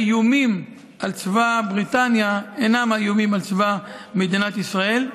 האיומים על צבא בריטניה אינם האיומים על צבא מדינת ישראל.